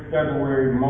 February